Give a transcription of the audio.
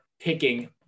picking